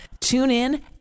TuneIn